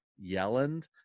Yelland